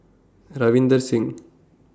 Ravinder Singh